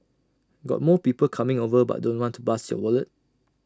got more people coming over but don't want to bust your wallet